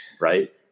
right